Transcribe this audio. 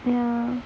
oh